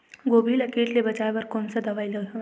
गोभी ल कीट ले बचाय बर कोन सा दवाई हवे?